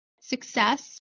success